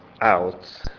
out